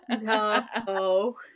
No